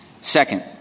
Second